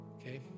Okay